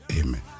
Amen